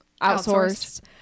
outsourced